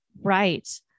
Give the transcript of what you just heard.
Right